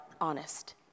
honest